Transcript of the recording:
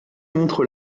montre